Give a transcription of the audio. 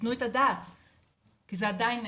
ותתנו את הדעת, כי זה עדיין נפשות.